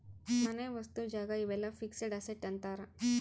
ಮನೆ ವಸ್ತು ಜಾಗ ಇವೆಲ್ಲ ಫಿಕ್ಸೆಡ್ ಅಸೆಟ್ ಅಂತಾರ